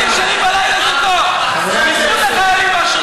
חבר הכנסת עבד אל חכים חאג'